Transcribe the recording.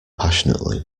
passionately